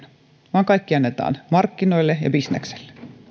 vaan kaikki annetaan markkinoille ja bisnekselle